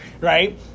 right